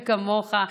וכמוך,